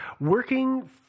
working